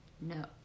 no